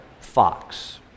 fox